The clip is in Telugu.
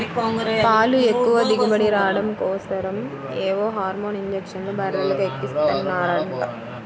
పాలు ఎక్కువ దిగుబడి రాడం కోసరం ఏవో హార్మోన్ ఇంజక్షన్లు బర్రెలకు ఎక్కిస్తన్నారంట